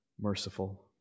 merciful